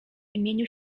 imieniu